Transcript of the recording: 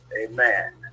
Amen